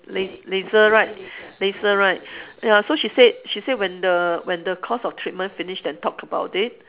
las~ laser right laser right ya so she said she said when the when the course of treatment finished then talk about it